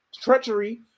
treachery